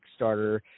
Kickstarter